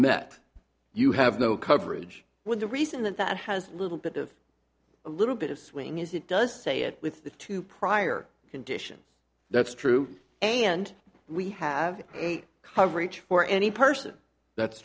met you have no coverage with the reason that that has a little bit of a little bit of swing is it does say it with the two prior conditions that's true and we have coverage for any person that